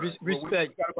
Respect